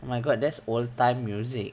my god that's old time music